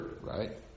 right